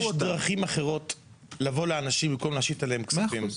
יש דרכים אחרות לבוא לאנשים במקום להשית עליהם כספים.